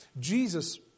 Jesus